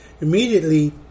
immediately